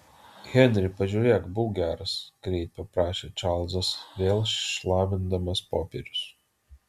henri pažiūrėk būk geras greit paprašė čarlzas vėl šlamindamas popierius